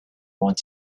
want